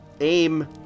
aim